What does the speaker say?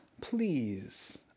please